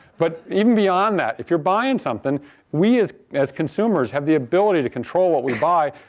but, even beyond that, if you're buying something we, as as consumers, have the ability to control what we buy.